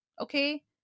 Okay